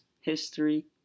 history